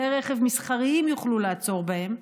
וכלי רכב מסחריים יוכלו לעצור בהם.